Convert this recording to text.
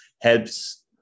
helps